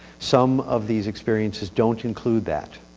some of these experiences don't include that,